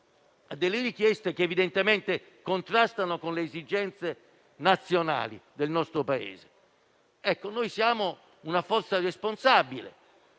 a richieste che evidentemente contrastano con le esigenze nazionali del nostro Paese. Siamo una forza responsabile,